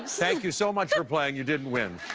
thank you so much for playing. you didn't win.